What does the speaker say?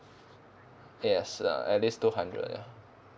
yes uh at least two hundred lah